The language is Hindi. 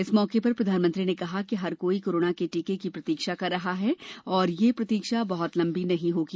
इस मौके पर प्रधानमंत्री ने कहा कि हर कोई कोरोना के टीके की प्रतीक्षा कर रहा है और यह प्रतीक्षा बहुत लंबी नहीं होगी